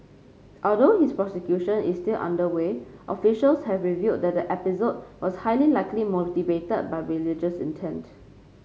although his prosecution is still underway officials have revealed that the episode was highly likely motivated by religious intent